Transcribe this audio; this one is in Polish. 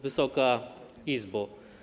Wysoka Izbo!